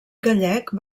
gallec